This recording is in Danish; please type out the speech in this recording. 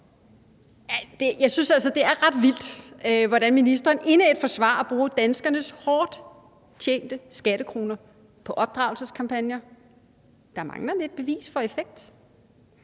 Jeg synes altså, det er ret vildt, hvordan ministeren indædt forsvarer at bruge danskernes hårdt tjente skattekroner på opdragelseskampagner, der mangler lidt bevis for effekt.